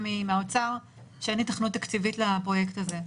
מהאוצר שאין היתכנות תקציבית לפרויקט הזה.